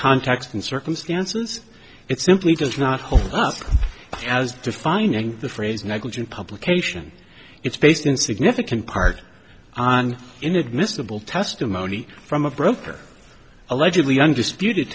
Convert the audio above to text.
context and circumstances it simply does not hold up as defining the phrase negligent publication it's based in significant part on inadmissible testimony from a broker allegedly undisputed